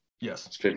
Yes